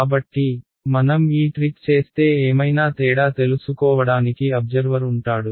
కాబట్టి మనం ఈ ట్రిక్ చేస్తే ఏమైనా తేడా తెలుసుకోవడానికి అబ్జర్వర్ ఉంటాడు